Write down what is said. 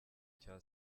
cya